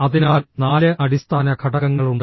അതിനാൽ നാല് അടിസ്ഥാന ഘടകങ്ങളുണ്ട്